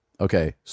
Okay